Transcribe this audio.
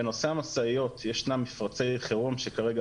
בנושא המשאיות ישנם מפרצי חירום שכרגע